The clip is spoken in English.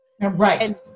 Right